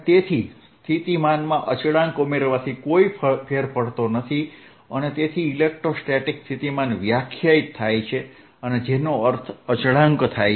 તેથી સ્થિતિમાનમાં અચળાંક ઉમેરવાથી કોઈ ફરક પડતો નથી અને તેથી ઇલેક્ટ્રોસ્ટેટિક સ્થિતિમાન વ્યાખ્યાયિત થાય છે જેનો અર્થ અચળાંક થાય છે